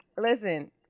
listen